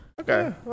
okay